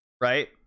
right